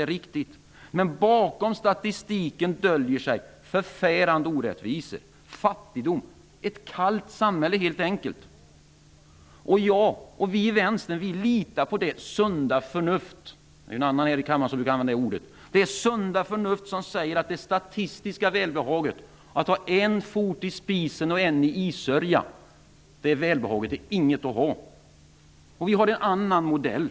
Det är riktigt, men bakom statistiken döljer sig förfärande orättvisor och fattigdom, ett kallt samhälle helt enkelt. Vi i Vänstern litar på det sunda förnuft -- det är en annan här i kammaren som brukar använda det ordet -- som säger att det statistiska välbehaget av att ha en fot på spisen och en fot i issörjan inte är något att ha. Vi har en annan modell.